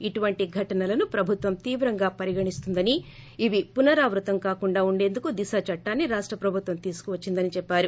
ఇటువంటి ఘటనలను ప్రభుత్వం తీవ్రంగా పరిగణిస్తుందని ఇవి పునరావృతం కాకుండా ఉండేందుకు దిశ చట్టాన్ని రాష్ట ప్రభుత్వం తీసుకువచ్చిందని చెప్పారు